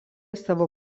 savo